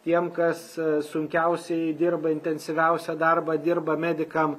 tiem kas sunkiausiai dirba intensyviausią darbą dirba medikam